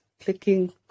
clicking